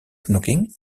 knocking